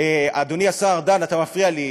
אדוני השר ארדן, אתה מפריע לי.